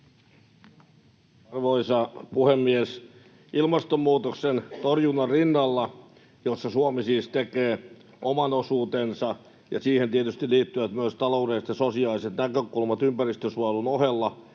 Arvoisa puhemies! Ilmastonmuutoksen torjunnan rinnalla, jossa Suomi siis tekee oman osuutensa, ja siihen tietysti liittyvät myös taloudelliset ja sosiaaliset näkökulmat ympäristönsuojelun ohella,